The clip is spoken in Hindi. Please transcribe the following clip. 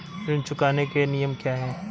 ऋण चुकाने के नियम क्या हैं?